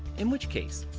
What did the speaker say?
in which case,